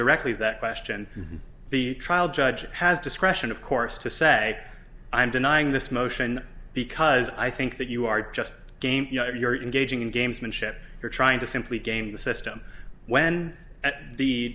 directly that question the trial judge has discretion of course to say i'm denying this motion because i think that you are just game you're gauging in gamesmanship you're trying to simply game the system when th